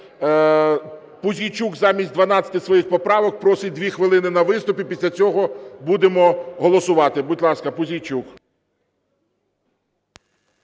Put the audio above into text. Пузійчук замість 12 своїх поправок просить 2 хвилини на виступ і після цього будемо голосувати. Будь ласка, Пузійчук.